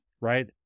right